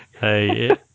hey